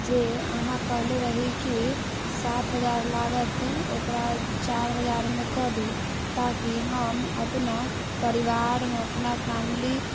जे अहाँ कहले रही कि सात हजार लागत ओकरा चारि हजारमे कऽ दू ताकि हम अपना परिवार हम अपना फैमिली